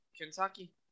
Kentucky